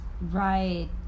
right